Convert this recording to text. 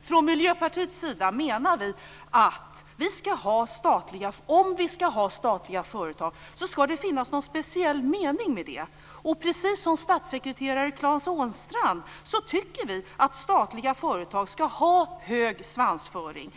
Vi från Miljöpartiet menar att om vi ska ha statliga företag ska det finnas en speciell mening med det. Precis som statssekreterare Claes Ånstrand tycker vi att statliga företag ska ha hög svansföring.